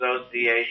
Association